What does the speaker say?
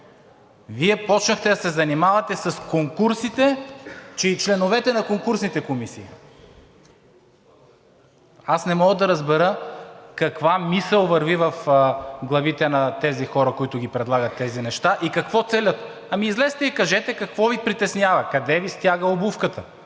Вие започнахте да се занимавате с конкурсите, че и с членовете на конкурсните комисии! Не мога да разбера каква мисъл върви в главите на хората, които предлагат тези неща, и какво целят! Излезте и кажете какво Ви притеснява, къде Ви стяга обувката!